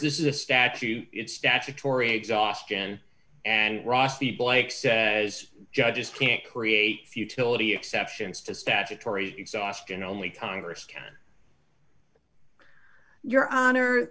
this is a statute it's statutory exhaustion and ross the blake says judges can't create futility exceptions to statutory exhaustion only congress can your honor